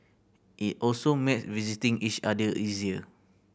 it also make visiting each other easier